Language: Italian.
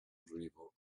arrivo